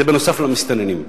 זה נוסף על המסתננים,